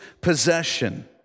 possession